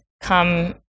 come